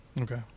Okay